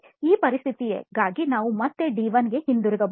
ಈ ಪರಿಸ್ಥಿತಿಗಾಗಿ ನಾವು ಮತ್ತೆ ಡಿ 1 ಗೆ ಹಿಂತಿರುಗಬಹುದು